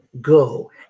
go